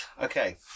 Okay